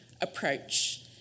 approach